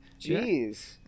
jeez